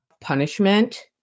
Punishment